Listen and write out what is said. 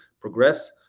progress